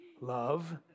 love